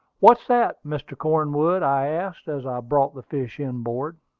what's that, mr. cornwood? i asked, as i brought the fish inboard.